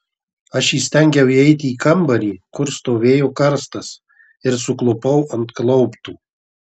aš įstengiau įeiti į kambarį kur stovėjo karstas ir suklupau ant klauptų